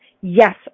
yes